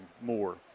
more